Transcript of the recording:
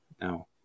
No